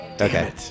Okay